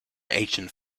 ancient